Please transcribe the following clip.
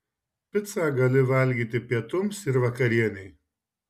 picą gali valgyti pietums ir vakarienei